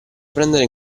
prendere